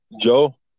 Joe